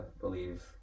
believe